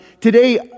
today